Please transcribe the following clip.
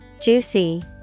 Juicy